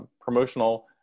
promotional